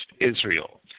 Israel